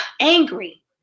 angry